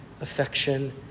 affection